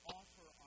offer